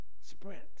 sprint